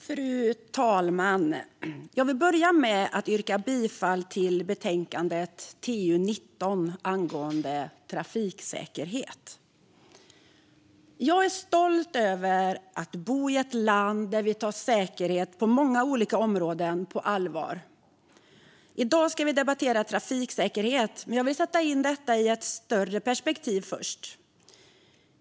Fru talman! Jag vill börja med att yrka bifall till utskottets förslag till beslut i betänkande TU19 angående trafiksäkerhet. Jag är stolt över att bo i ett land där vi tar säkerhet på många olika områden på allvar. I dag debatterar vi trafiksäkerhet, men jag vill först sätta in detta i ett större perspektiv.